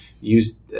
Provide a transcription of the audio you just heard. use